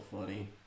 funny